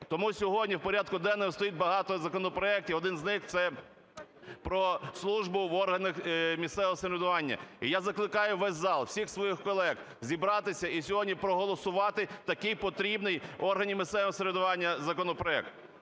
Тому сьогодні в порядку денному стоїть багато законопроектів. Один з них – це про службу в органах місцевого самоврядування. І я закликаю весь зал, всіх своїх колег зібратися і сьогодні проголосувати такий потрібний органам місцевого самоврядування законопроект.